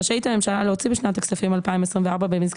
רשאית הממשלה בשנת הכספים 2024 למלא